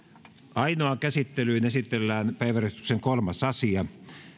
ainoaan käsittelyyn esitellään päiväjärjestyksen kolmas asia